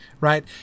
Right